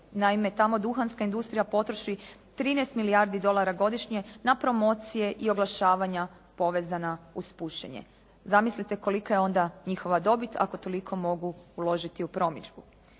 Naime tamo duhanska industrija potroši 13 milijardi dolara godišnje na promocije i oglašavanja povezana uz pušenje. Zamislite kolika je onda njihova dobit ako toliko mogu uložiti u promidžbu.